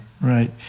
Right